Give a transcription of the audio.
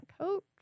coach